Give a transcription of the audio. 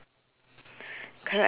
that's next to the